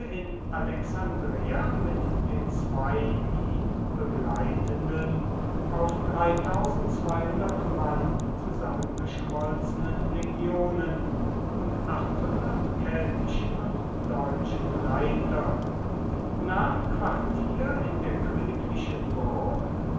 in alexandreia mit den zwei ihn begleitenden auf mann zusammengeschmolzenen legionen und keltischen und deutschen reitern nahm quartier in der königlichen burg